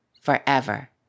forever